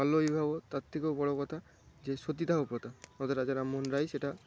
বাল্যবিবাহ তার থেকেও বড় কথা যে সতীদাহ প্রথা রাজা রামমোহন রায় সেটা